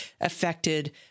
affected